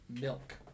milk